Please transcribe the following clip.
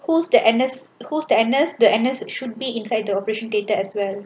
who's the anaes who's the anaes the anaes should be inside the operation data as well